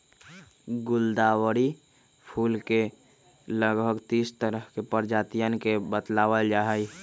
गुलदावरी फूल के लगभग तीस तरह के प्रजातियन के बतलावल जाहई